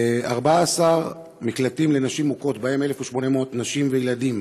14 מקלטים לנשים מוכות ובהם 1,800 נשים וילדים